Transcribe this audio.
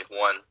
one